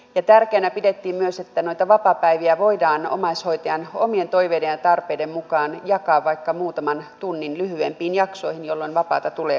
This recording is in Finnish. ja tärkeänä pidettiin myös että noita vapaapäiviä voidaan omaishoitajan omien toiveiden ja tarpeiden mukaan jakaa vaikka muutaman tunnin lyhyempiin jaksoihin jolloin vapaata tulee useammin